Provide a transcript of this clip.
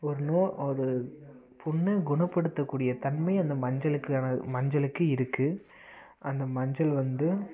ஒரு நோ ஒரு புண்ணு குணப்படுத்தக்கூடிய தன்மை அந்த மஞ்சளுக்கான மஞ்சளுக்கு இருக்குது அந்த மஞ்சள் வந்து